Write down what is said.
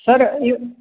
sir यह